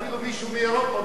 אפילו מישהו מאירופה,